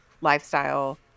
lifestyle